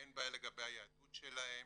אין בעיה לגבי היהודית שלהם.